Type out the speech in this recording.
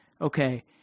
okay